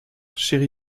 chéri